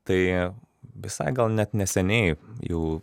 tai visai gal net neseniai jau